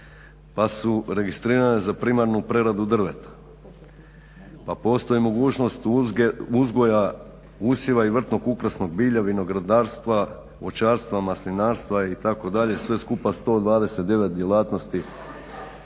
pa su registrirane za primarnu preradu drveta, pa postoji mogućnost uzgoja usjeva i vrtnog ukrasnog bilja, vinogradarstva, voćarstva, maslinarstva itd. sve skupa 129 djelatnosti